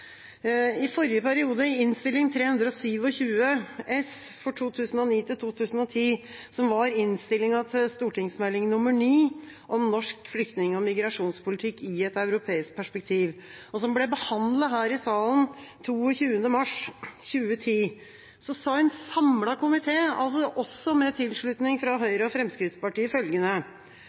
I Innst. 327 S for 2009–2010, som var innstillinga til Meld. St. 9 for 2009–2010 om norsk flyktning- og migrasjonspolitikk i et europeisk perspektiv, og som ble behandlet her i salen den 8. juni 2010, sa en samlet komité, også med tilslutning fra Høyre og Fremskrittspartiet, følgende: